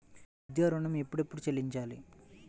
విద్యా ఋణం ఎప్పుడెప్పుడు చెల్లించాలి?